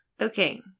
Okay